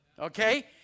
Okay